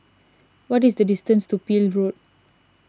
what is the distance to Peel Road